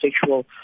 sexual